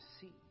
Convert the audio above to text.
see